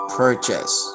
purchase